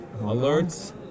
Alerts